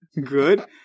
Good